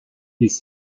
his